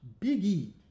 Biggie